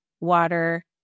water